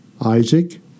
Isaac